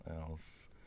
else